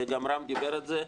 וגם רם דיבר על זה,